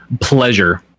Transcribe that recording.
pleasure